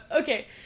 Okay